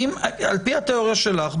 על פי התיאוריה שלך,